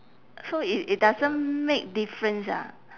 so it it doesn't make difference ah